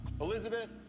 Elizabeth